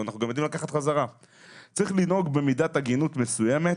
צריך לנהוג במידת הגינות מסוימת